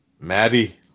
Maddie